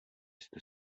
jste